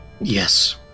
Yes